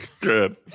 Good